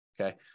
okay